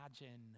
imagine